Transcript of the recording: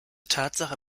tatsache